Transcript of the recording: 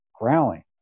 growling